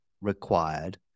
required